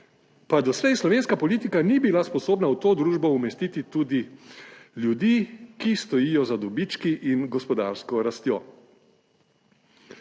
pa doslej slovenska politika ni bila sposobna v to družbo umestiti tudi ljudi, ki stojijo za dobički in gospodarsko rastjo.